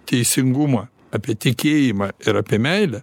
teisingumą apie tikėjimą ir apie meilę